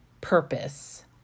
purpose